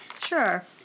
sure